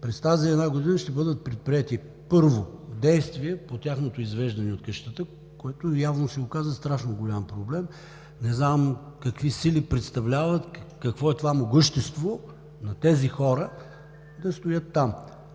през тази една година ще бъдат предприети първо действия по тяхното извеждане от къщата, което явно се оказа страшно голям проблем. Не знам какви сили представляват, какво е това могъщество на тези хора да стоят там?!